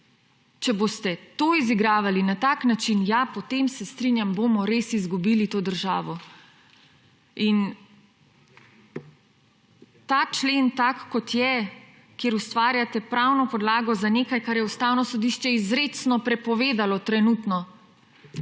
če boste to izigravali na tak način, ja, potem se strinjam, bomo res izgubili to državo. Ta člen, tak, kot je, kjer ustvarjate pravno podlago za nekaj, kar je Ustavno sodišče trenutno izrecno prepovedalo,